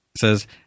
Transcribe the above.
says